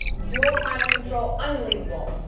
dual climate control. unbelievable.